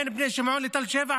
בין בני שמעון לתל שבע,